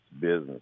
business